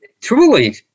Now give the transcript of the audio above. truly